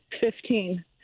Fifteen